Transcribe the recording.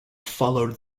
followed